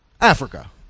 Africa